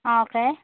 ആ ഓക്കേ